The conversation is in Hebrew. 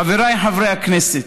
חבריי חברי הכנסת,